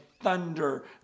thunder